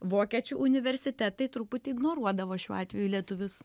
vokiečių universitetai truputį ignoruodavo šiuo atveju lietuvius